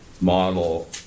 model